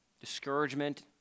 discouragement